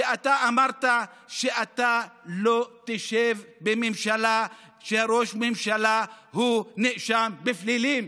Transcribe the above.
שאתה אמרת שאתה לא תשב בממשלה שראש הממשלה בה נאשם בפלילים.